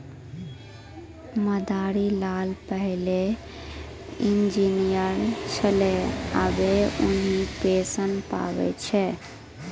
मदारी लाल पहिलै इंजीनियर छेलै आबे उन्हीं पेंशन पावै छै